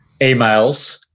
emails